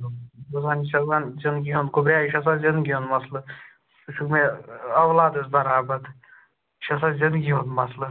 دپان اِنشااللہ گوٚبریا یہِ چھُ آسان زنٛدگی ہُنٛد مسلہٕ ژٕ چھُکھ مےٚ اولادَس بَرابر یہِ چھُ آسان زنٛدگی ہُنٛد مسلہٕ